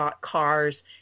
cars